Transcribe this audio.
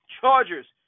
Chargers